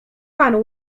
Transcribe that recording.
panu